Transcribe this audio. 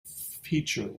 feature